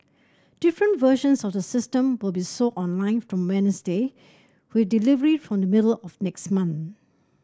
different versions of the system will be sold online from Wednesday with delivery from the middle of next month